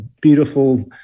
beautiful